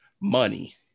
money